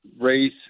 Race